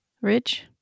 rich